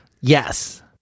Yes